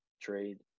trade